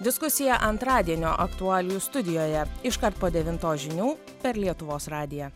diskusiją antradienio aktualijų studijoje iškart po devintos žinių per lietuvos radiją